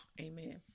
Amen